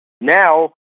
Now